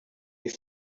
they